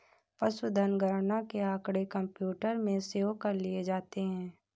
पशुधन गणना के आँकड़े कंप्यूटर में सेव कर लिए जाते हैं